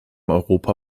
europa